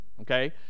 okay